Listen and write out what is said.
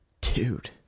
dude